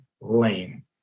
lame